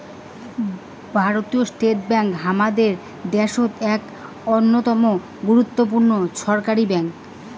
ভারতীয় state bank হামাদের দ্যাশোত এক অইন্যতম গুরুত্বপূর্ণ ছরকারি ব্যাঙ্ক